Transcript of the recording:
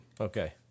Okay